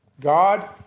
God